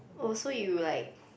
oh so you like